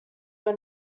your